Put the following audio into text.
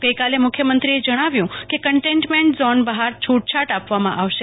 ગઇકાલે મુખ્યમંત્રીએ જણાવ્યું કે કન્ટેઈન્મેન્ટ ઝોન બહાર છૂટછાટ આપવામાં આવશે